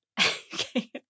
okay